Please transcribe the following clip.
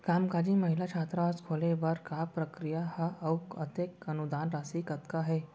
कामकाजी महिला छात्रावास खोले बर का प्रक्रिया ह अऊ कतेक अनुदान राशि कतका हे?